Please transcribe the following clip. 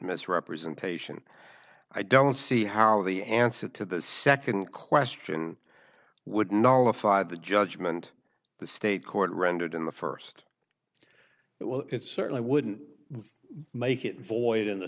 misrepresentation i don't see how the answer to the second question would nala five the judgment the state court rendered in the first well it certainly wouldn't make it void in the